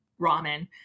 ramen